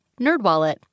NerdWallet